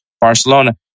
Barcelona